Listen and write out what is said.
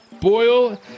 Boil